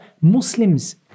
Muslims